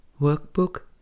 Workbook